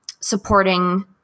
supporting